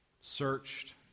searched